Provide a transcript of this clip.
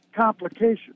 complication